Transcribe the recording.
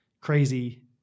crazy